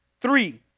Three